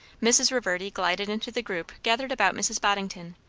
mrs. reverdy glided into the group gathered about mrs. boddington,